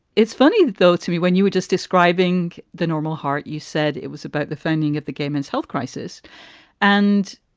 it's funny, though, to me, when you were just describing the normal heart. you said it was about defending of the gay men's health crisis and.